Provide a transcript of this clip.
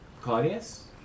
Claudius